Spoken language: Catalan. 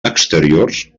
exteriors